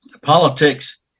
politics